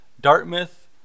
dartmouth